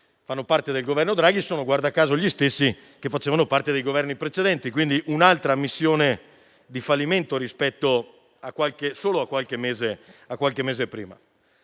fanno parte del Governo Draghi sono gli stessi che - guarda caso - facevano parte dei Governi precedenti, quindi è un'altra ammissione di fallimento rispetto solo a qualche mese prima.